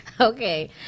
okay